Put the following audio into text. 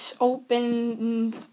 open